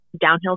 downhill